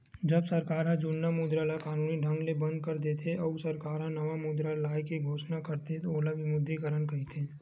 जब सरकार ह जुन्ना मुद्रा ल कानूनी ढंग ले बंद कर देथे, अउ सरकार ह नवा मुद्रा लाए के घोसना करथे ओला विमुद्रीकरन कहिथे